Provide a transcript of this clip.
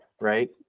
right